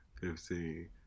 fifteen